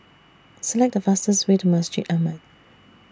Select The fastest Way to Masjid Ahmad